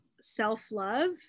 self-love